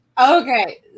Okay